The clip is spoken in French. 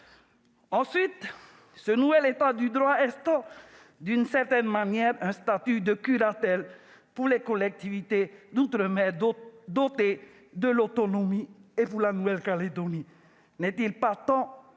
Ensuite, ce nouvel état du droit instaure, d'une certaine manière, une forme de « curatelle » pour les collectivités d'outre-mer dotées de l'autonomie, ainsi que pour la Nouvelle-Calédonie.